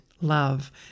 love